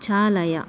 चालय